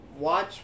Watch